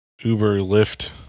Uber-Lyft